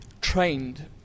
trained